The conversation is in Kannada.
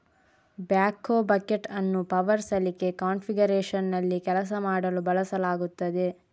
ಬ್ಯಾಕ್ಹೋ ಬಕೆಟ್ ಅನ್ನು ಪವರ್ ಸಲಿಕೆ ಕಾನ್ಫಿಗರೇಶನ್ನಲ್ಲಿ ಕೆಲಸ ಮಾಡಲು ಬಳಸಲಾಗುತ್ತದೆ